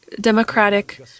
democratic